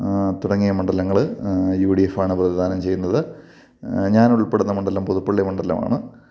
തുടങ്ങിയ മണ്ഡലങ്ങൾ U D എഫാണ് പ്രതിനിധാനം ചെയ്യുന്നത് ഞാൻ ഉൾപ്പെടുന്ന മണ്ഡലം പുതുപ്പള്ളി മണ്ഡലമാണ്